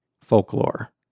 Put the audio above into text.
folklore